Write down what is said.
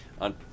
on